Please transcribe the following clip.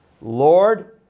Lord